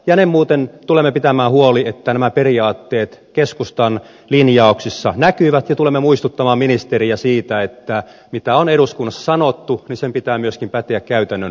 tulemme muuten pitämään huolen että nämä periaatteet keskustan linjauksissa näkyvät ja tulemme muistuttamaan ministeriä siitä että sen mitä on eduskunnassa sanottu pitää myöskin päteä käytännön ratkaisuissa